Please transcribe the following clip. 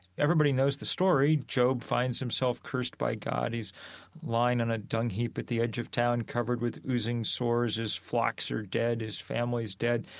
everybody knows the story. job finds himself cursed by god. he's lying in a dung heap at the edge of town, covered with oozing sores. his flocks are dead. his family's dead.